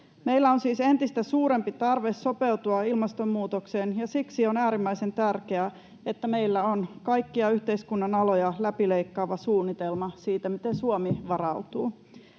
Meillä on siis entistä suurempi tarve sopeutua ilmastonmuutokseen, ja siksi on äärimmäisen tärkeää, että meillä on kaikkia yhteiskunnan aloja läpileikkaava suunnitelma siitä, miten Suomi varautuu.